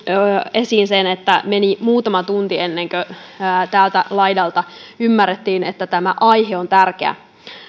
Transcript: esiin sen että meni muutama tunti ennen kuin tällä laidalla ymmärrettiin että tämä aihe on tärkeä